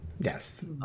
yes